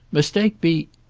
mistake be.